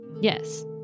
yes